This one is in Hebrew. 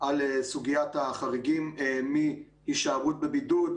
על סוגית החריגים מהישארות בבידוד,